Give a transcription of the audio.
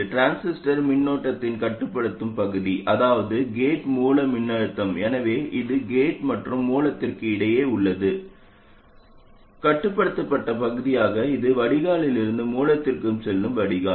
transistor மின்னோட்டத்தின் கட்டுப்படுத்தும் பகுதி அதாவது கேட் மூல மின்னழுத்தம் எனவே இது கேட் மற்றும் மூலத்திற்கு இடையே உள்ளது போது கட்டுப்படுத்தப்பட்ட பகுதியாக இது வடிகால் இருந்து மூலத்திற்கு செல்லும் வடிகால்